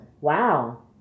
Wow